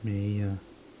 Mei-Yi ah